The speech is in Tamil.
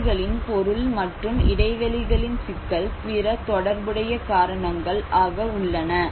வீடுகளின் பொருள் மற்றும் இடைவெளிகளின் சிக்கல் பிற தொடர்புடைய காரணங்கள் ஆக உள்ளன